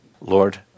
Lord